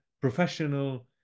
professional